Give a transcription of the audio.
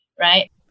right